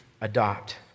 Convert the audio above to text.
adopt